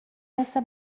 مثل